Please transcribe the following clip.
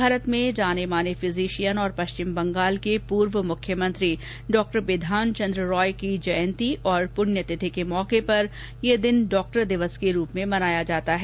भारत में जाने माने फिजिशियन और पश्चिम बंगाल के पूर्व मुख्यमंत्री डॉक्टर विधान चंद्र राय की जयंती और पृण्यतिथि के अवसर पर यह दिन डॉक्टर दिवस के रूप में मनाया जाता है